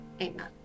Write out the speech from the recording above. Amen